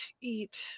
eat